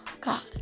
God